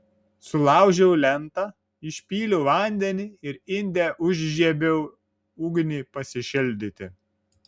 sulaužiau lentą išpyliau vandenį ir inde užžiebiau ugnį pasišildyti